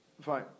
fine